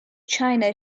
china